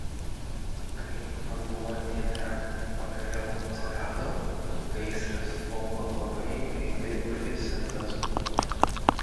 kai vanduo hidrante pagaliau atsirado gaisras buvo labai greitai užgesintas